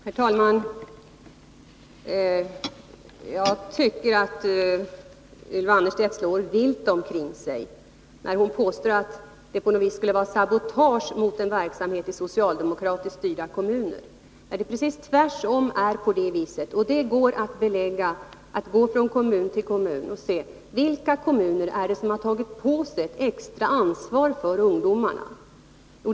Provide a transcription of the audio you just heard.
Herr talman! Jag tycker att Ylva Annerstedt slår vilt omkring sig, när hon påstår att det på något vis skulle vara sabotage mot verksamheten i socialdemokratiskt styrda kommuner. Det är precis tvärtom. Detta går att belägga genom att man går från kommun till kommun och ser vilka kommuner som har tagit på sig extra ansvar för ungdomarna.